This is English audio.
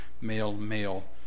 male-male